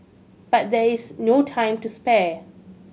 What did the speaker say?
but there is no time to spare